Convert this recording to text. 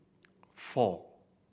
four